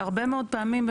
הרבה מאוד פעמים,